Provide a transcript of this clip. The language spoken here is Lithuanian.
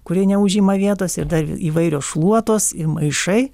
kurie neužima vietos ir dar įvairios šluotos ir maišai